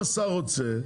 השר רוצה,